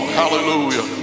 hallelujah